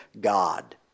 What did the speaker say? God